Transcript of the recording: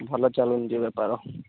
ଭଲ ଚାଲୁନି ଯେ ବେପାର